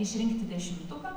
išrinkti dešimtuką